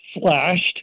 slashed